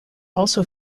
also